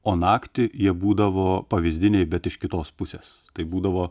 o naktį jie būdavo pavyzdiniai bet iš kitos pusės tai būdavo